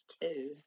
two